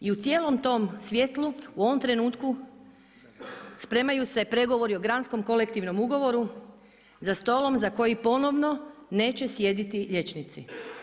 I u cijelom tom svjetlu, u ovom trenutku spremaju su pregovori o granskom kolektivnom ugovoru za stolom, za koji ponovno neće sjediti liječnici.